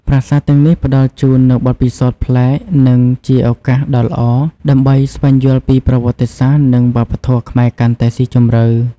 ប្រាសាទទាំងនេះផ្តល់ជូននូវបទពិសោធន៍ប្លែក និងជាឱកាសដ៏ល្អដើម្បីស្វែងយល់ពីប្រវត្តិសាស្ត្រ និងវប្បធម៌ខ្មែរកាន់តែស៊ីជម្រៅ។